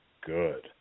good